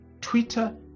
Twitter